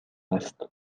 است